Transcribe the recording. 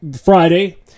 Friday